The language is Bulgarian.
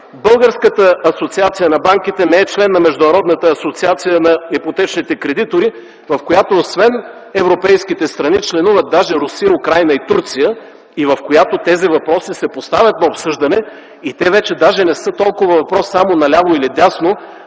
Българската асоциация на банките не е член на Международната асоциация на ипотечните кредитори, в която освен европейските страни членуват даже Русия, Украйна и Турция и в която тези въпроси се поставят на обсъждане? Те вече даже не са толкова въпрос само на ляво или дясно,